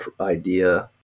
idea